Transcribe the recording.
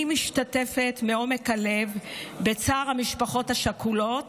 אני משתתפת מעומק הלב בצער המשפחות השכולות